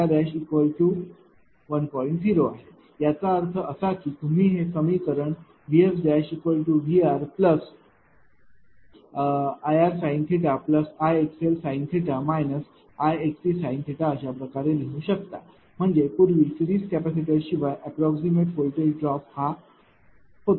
0 आहे याचा अर्थ असा की तुम्ही हे समीकरण VSVRIr sin Ixl sin θ Ixc sin अशाप्रकारे लिहू शकता म्हणजे पूर्वी सिरीज कॅपेसिटरशिवाय अप्राक्समैट व्होल्टेज ड्रॉप हा होता